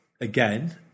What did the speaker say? again